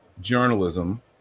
journalism